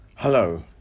Hello